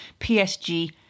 PSG